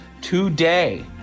today